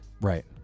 Right